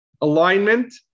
alignment